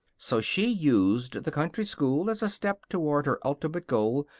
so she used the country school as a step toward her ultimate goal,